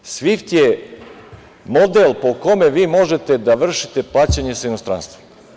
Dakle, SWIFT je model po kome vi možete da vršite plaćanje sa inostranstvom.